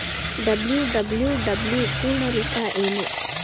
WWW ಪೂರ್ಣ ರೂಪ ಏನು?